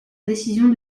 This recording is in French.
décision